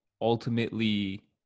ultimately